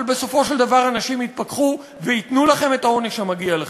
אבל בסופו של דבר אנשים יתפכחו וייתנו לכם את העונש המגיע לכם.